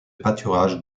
pâturages